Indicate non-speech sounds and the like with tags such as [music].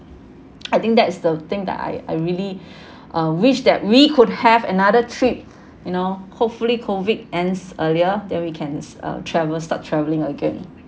[noise] I think that's the thing that I I really [breath] uh wish that we could have another trip you know hopefully COVID ends earlier then we can uh travel start travelling again